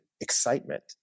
excitement